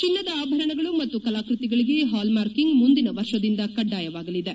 ಚಿನ್ನದ ಆಭರಣಗಳು ಮತ್ತು ಕಲಾಕ್ಸತಿಗಳಿಗೆ ಹಾಲ್ಮಾರ್ಕಿಂಗ್ ಮುಂದಿನ ವರ್ಷದಿಂದ ಕಡ್ಡಾಯವಾಗಲಿದೆ